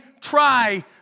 try